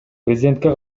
президентке